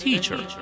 Teacher